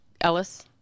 Ellis